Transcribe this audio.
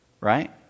Right